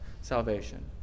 salvation